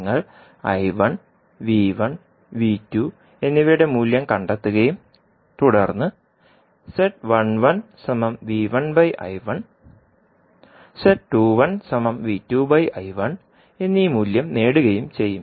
നിങ്ങൾ V1 V2 എന്നിവയുടെ മൂല്യം കണ്ടെത്തുകയും തുടർന്ന് എന്നീ മൂല്യം നേടുകയും ചെയ്യും